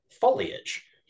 foliage